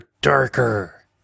Darker